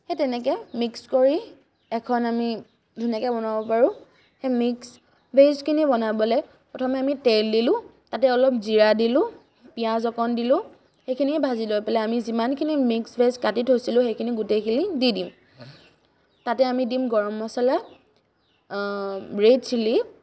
সেই তেনেকৈ মিক্স কৰি এখন আমি ধুনীয়াকৈ বনাব পাৰোঁ সেই মিক্স ভেজখিনি বনাবলৈ প্ৰথমে আমি তেল দিলোঁ তাতে অলপ জিৰা দিলোঁ পিঁয়াজ অকণ দিলোঁ সেইখিনিয়ে ভাজি লৈ আমি যিমানখিনি মিক্স ভেজ কাটি থৈছোঁ সেইখিনি গোটেইখিনি দি দিম তাতে আমি দিম গৰম মছলা ৰেড চিলি